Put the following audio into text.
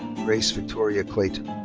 grace victoria clayton.